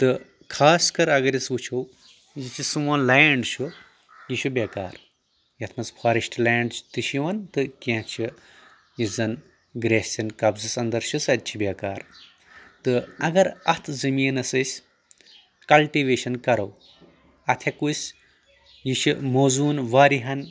تہٕ خاص کر اگر أسۍ وٕچھو یُس یہِ سون لینٛڈ چھُ یہِ چھُ بےٚ کار یتھ منٛز فاریسٹ لینٛڈ تہِ چھ یِوان تہٕ کینٛہہ چھِ یُس زن گریستٮ۪ن قبضس انٛدر چھِ سۄتہِ چھِ بے کار تہٕ اگر اتھ زٔمیٖنس أسۍ کلٹِویشن کرو اتھ ہٮ۪کو أسۍ یہِ چھُ موضوٗن واریاہن